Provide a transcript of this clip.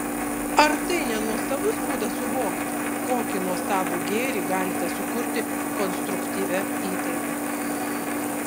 ar tai ne nuostabus būdas suvokti kokį nuostabų gėrį galite sukurti konstruktyvia įtaiga